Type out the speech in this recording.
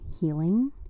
healing